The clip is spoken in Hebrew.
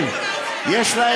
ביותר, יש לך